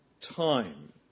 time